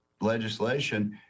legislation